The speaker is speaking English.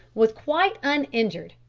was quite uninjured,